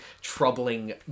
troubling